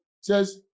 says